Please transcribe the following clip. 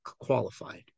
qualified